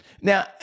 Now